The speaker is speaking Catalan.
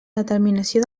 determinació